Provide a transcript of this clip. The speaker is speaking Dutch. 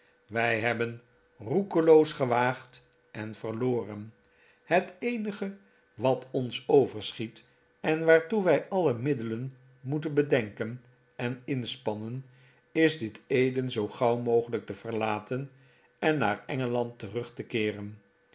wij hebben roekeloos gewaagd en verloren het eenige wat ons overschiet en waartoe wij alle middelen moeten bedenken en inspannen is dit eden zoo gauw mogelijk te verlaten en naar engeland terug te keeren